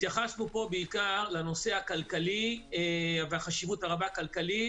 התייחסנו פה בעיקר לנושא הכלכלי והחשיבות הכלכלית הרבה